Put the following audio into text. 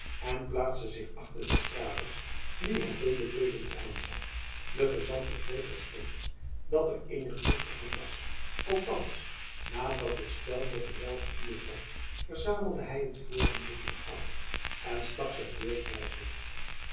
en plaatste zich achter d'estrades wien hy veelbeteekenend aanzag de gezant begreep terstond jacob van lennep elizabeth musch dat er eenig nieuws voor hem was althands na dat het spel nog een wijl geduurd had verzamelde hy het voor hem liggende goud en stak zijn beurs by zich